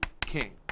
king